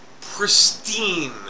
pristine